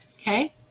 okay